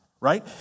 Right